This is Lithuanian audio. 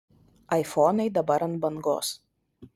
aifonai dabar ant bangos